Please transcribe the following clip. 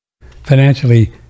financially